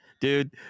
dude